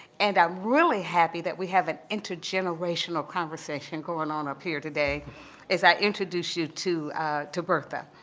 and i'm really happy that we have an intergenerational conversation going on up here today as i introduce you to to bertha.